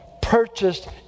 purchased